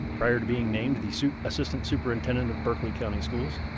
prior to being named the so assistant superintendent of berkeley county schools,